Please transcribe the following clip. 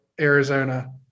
Arizona